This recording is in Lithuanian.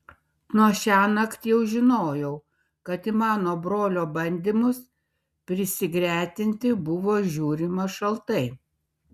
nuo šiąnakt jau žinojau kad į mano brolio bandymus prisigretinti buvo žiūrima šaltai